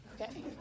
Okay